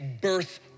birth